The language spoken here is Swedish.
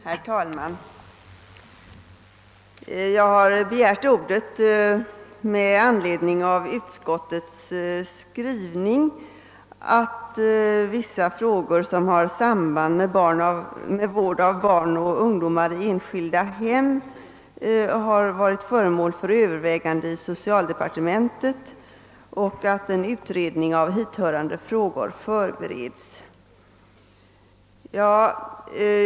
Herr talman! Jag har begärt ordet med anledning av utskottets skrivning att vissa frågor som har samband med vård av barn och ungdom i enskilda hem har varit föremål för övervägande i socialdepartementet och att en utredning av hithörande spörsmål förbereds.